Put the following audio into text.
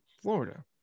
Florida